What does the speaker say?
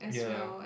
ya